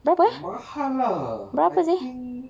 mahal lah I think